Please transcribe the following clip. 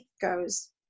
goes